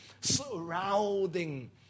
surrounding